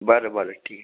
बरं बरं ठिक आहे